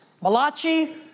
Malachi